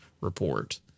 report